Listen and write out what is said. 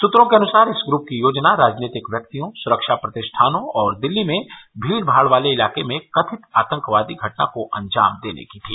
सूत्रों के अनुसार इस ग्रुप की योजना राजनीतिक व्यक्तियों सुरक्षा प्रतिष्ठानों और दिल्ली में भीड़भाड़ वाले इलाके में कथित आतंकवादी घटना को अंजाम देने की थी